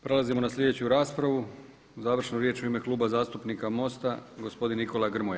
Prelazimo na sljedeću raspravu, završnu riječ u ime Kluba zastupnika MOST-a gospodin Nikola Grmoja.